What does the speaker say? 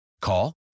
Call